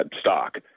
stock